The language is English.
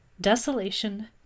desolation